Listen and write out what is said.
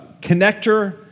connector